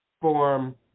form